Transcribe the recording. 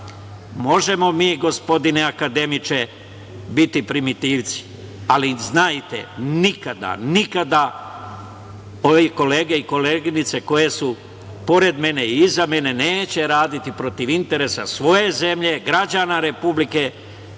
štala“.Možemo mi, gospodine akademiče, biti primitivci, ali znajte, nikada, nikada ove kolege i koleginice koje su pored mene, iza mene, neće raditi protiv interesa svoje zemlje i građana Republike